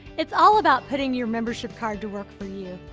it's all about putting your membership card to work for you.